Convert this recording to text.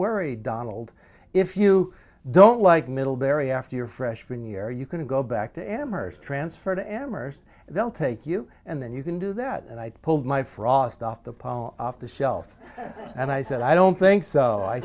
worry donald if you don't like middlebury after your freshman year you can go back to amherst transfer to amherst they'll take you and then you can do that and i pulled my frost off the poem off the shelf and i said i don't think so i